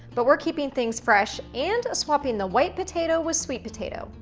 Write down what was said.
but we're keeping things fresh, and swapping the white potato with sweet potato.